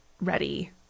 ready